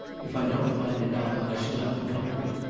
if i don't find it out i shall have the comfort,